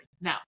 Now